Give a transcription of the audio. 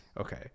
Okay